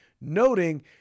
noting